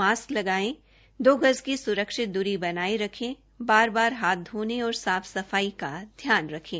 mask लगायें दो गज की स्रक्षित दूरी बनाये रखें बार बार हाथ धोने और साफ सफाई का ध्यान रखें